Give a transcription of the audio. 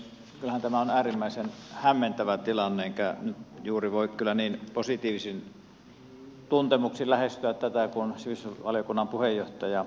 kyllähän tämä on äärimmäisen hämmentävä tilanne enkä nyt juuri voi kyllä niin positiivisin tuntemuksin lähestyä tätä kuin sivistysvaliokunnan puheenjohtaja äskeisessä puheenvuorossaan